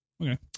Okay